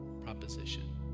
proposition